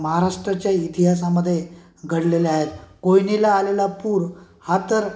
महाराष्ट्राच्या इतिहासामध्ये घडलेल्या आहेत कोयनेला आलेला पूर हा तर